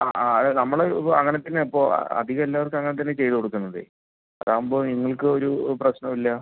ആ അതെ നമ്മള് ഇപ്പോൾ അങ്ങനെ തന്നെയാണ് ഇപ്പോൾ അധികം എല്ലാവർക്കും അങ്ങനെ തന്നെയാണ് ചെയ്തു കൊടുക്കുന്നത് അതാകുമ്പോൾ നിങ്ങൾക്കും ഒരു പ്രശ്നവുമല്ല